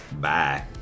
Bye